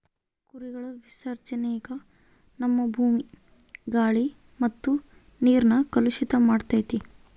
ಕುರಿಗಳ ವಿಸರ್ಜನೇನ ನಮ್ಮ ಭೂಮಿ, ಗಾಳಿ ಮತ್ತೆ ನೀರ್ನ ಕಲುಷಿತ ಮಾಡ್ತತೆ